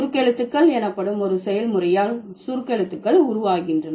சுருக்கெழுத்துக்கள் எனப்படும் ஒரு செயல்முறையால் சுருக்கெழுத்துக்கள் உருவாகின்றன